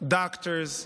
doctors,